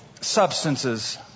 substances